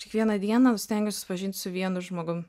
kiekvieną dieną stengiuos susipažint su vienu žmogum